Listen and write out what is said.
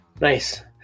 Nice